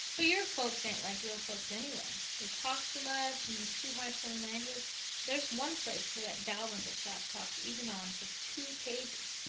but your folks ain't like real folks anywhere. they talk too much and use too high-flown language. there's one place where that dalrymple chap talks even on for two pages,